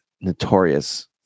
notorious